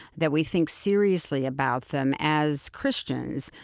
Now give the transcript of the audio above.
that we think seriously about them as christians,